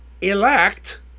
elect